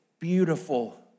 beautiful